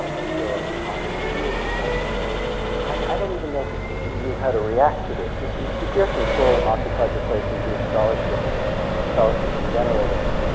of philip on and jewish terms, and i don't even know if he knew how to react to this. gershom scholem occupies a place in jewish scholarship and scholarship in general that's,